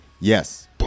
Yes